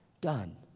done